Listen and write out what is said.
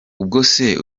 ubwose